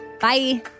Bye